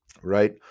Right